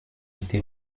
été